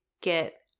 get